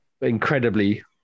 incredibly